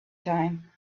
time